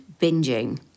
binging